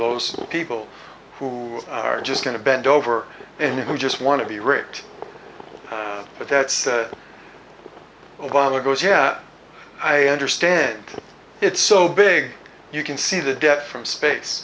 those people who are just going to bend over and who just want to be raped but that's obama goes yeah i understand it's so big you can see the debt from space